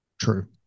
true